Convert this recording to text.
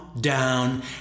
down